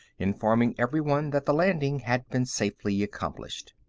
informing everyone that the landing had been safely accomplished.